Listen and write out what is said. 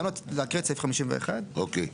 סיימנו להקריא את סעיף 51. אוקיי.